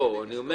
הוא לא יכול